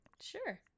Sure